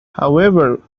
however